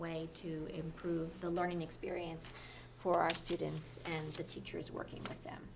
way to improve the learning experience for our students and the teachers working with them